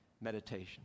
meditation